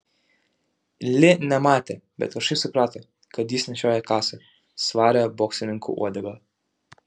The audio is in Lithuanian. li nematė bet kažkaip suprato kad jis nešioja kasą svarią boksininkų uodegą